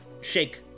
shake